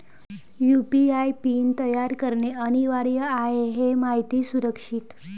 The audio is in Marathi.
यू.पी.आय पिन तयार करणे अनिवार्य आहे हे माहिती सुरक्षित